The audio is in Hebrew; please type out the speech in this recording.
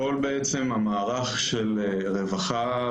בעצם כל המערך של רווחה,